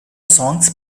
songs